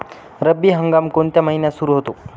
रब्बी हंगाम कोणत्या महिन्यात सुरु होतो?